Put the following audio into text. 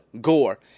gore